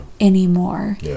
anymore